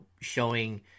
showing